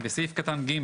סעיף קטן (ג),